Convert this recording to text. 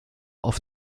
auf